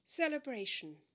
celebration